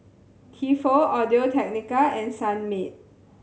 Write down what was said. Tefal Audio Technica and Sunmaid